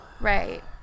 Right